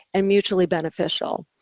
and mutually beneficial.